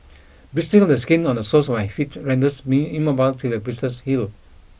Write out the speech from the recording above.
blistering of the skin on the soles my feet renders me immobile till the blisters heal